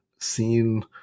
seen